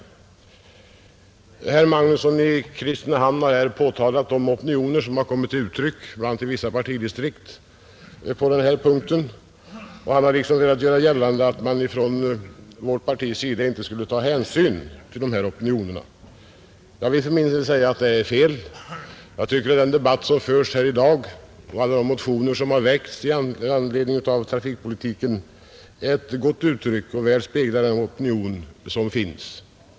Herr Magnusson i Kristinehamn har här påtalat de opinioner som kommit till uttryck bl.a. i vissa partidistrikt på denna punkt. Han har velat göra gällande att man från vårt partis sida inte skulle ta hänsyn till dessa opinioner. Jag vill för min del säga att detta är fel. Jag tycker att den debatt som förs här i dag och de motioner som väckts om trafikpolitiken är ett gott uttryck för den opinion som finns.